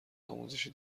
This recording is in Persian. آموزشی